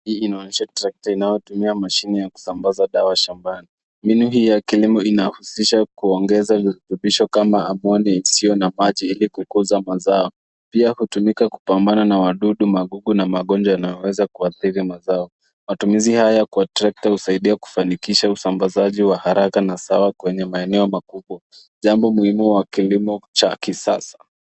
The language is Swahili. Hii inaonyesha trekta inayotumia mashine ya kusambaza dawa shambani. Mbinu hii ya kilimo inahusisha kuongeza virutubisho kama ammonia isiyo na maji ili kukuza mazao. Pia hutumika kupambana na wadudu, magugu na magonjwa yanayoweza kuathiri mazao. Matumiza haya kwa trekta huasidia kufanikisha usambazaji wa haraka na sawa kwenye maeneo makubwa jambo muhimu wa kilimo cha kisasa.